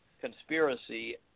conspiracy